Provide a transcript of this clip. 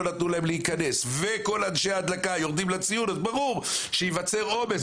נתנו להם להיכנס וכל אנשי ההדלקה יורדים לציון אז ברור שייווצר עומס.